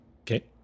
Okay